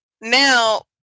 now